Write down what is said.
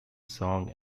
song